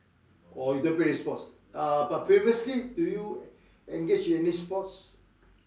orh you don't play any sports uh but previously do you engage in any sports